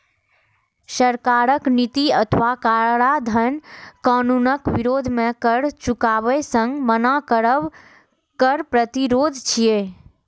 सरकारक नीति अथवा कराधान कानूनक विरोध मे कर चुकाबै सं मना करब कर प्रतिरोध छियै